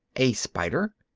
a spider?